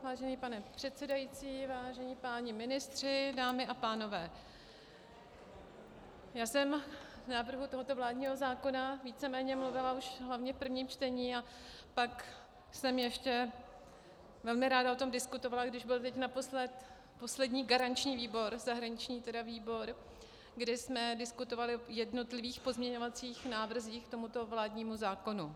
Vážený pane předsedající, vážení páni ministři, dámy a pánové, já jsem k návrhu tohoto vládního zákona víceméně mluvila hlavně už v prvním čtení a pak jsem ještě velmi ráda o tom diskutovala, když byl teď naposled poslední garanční výbor, zahraniční výbor, kde jsme diskutovali o jednotlivých pozměňovacích návrzích k tomuto vládnímu zákonu.